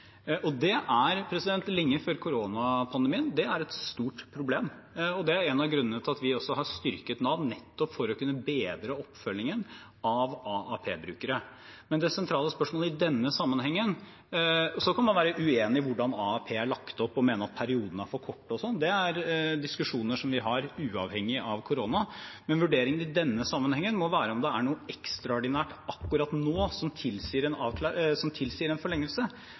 og det er – og var det lenge før koronapandemien – et stort problem. Det er også en av grunnene til at vi har styrket Nav, nettopp for å kunne bedre oppfølgingen av AAP-brukere. Så kan man være uenig i hvordan AAP er lagt opp, og mene at periodene er for korte og sånn. Det er diskusjoner vi har uavhengig av korona. Men vurderingen i denne sammenhengen må være om det er noe ekstraordinært akkurat nå som tilsier en forlengelse. Og jeg sier at det kan komme en